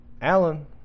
Alan